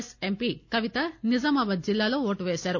yes MP Kavitha Nizamabad జిల్లాలో ఓటు పేశారు